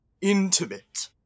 intimate